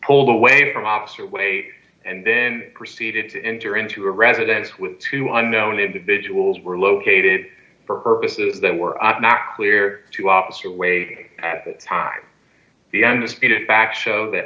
pulled away from officer way and then proceeded to enter into a residence with two on known individuals were located for purposes that were not clear to officer way at that time the undisputed facts show that